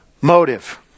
motive